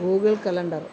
Google calendar